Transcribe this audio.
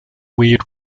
weird